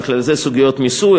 ובכלל זה סוגיות מיסוי,